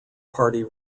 party